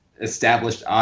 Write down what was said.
established